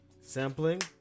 sampling